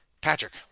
Patrick